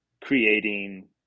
creating